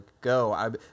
go